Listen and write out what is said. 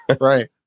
right